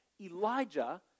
Elijah